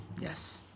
Yes